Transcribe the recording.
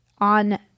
on